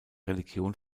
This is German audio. religion